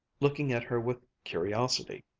looking at her with curiosity.